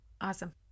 Awesome